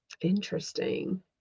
Interesting